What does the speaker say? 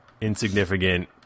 insignificant